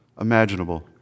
imaginable